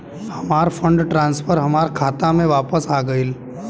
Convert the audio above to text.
हमार fund transfer हमार खाता में वापस आ गइल